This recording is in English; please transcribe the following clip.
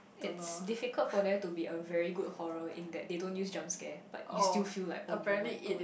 it's difficult for there to be a very good horror in that they don't use jump scare but you still feel like [oh]-my-god